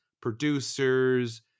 producers